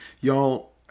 y'all